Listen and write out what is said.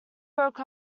broke